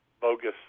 bogus